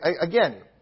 again